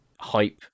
hype